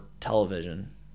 television